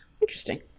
Interesting